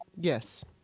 Yes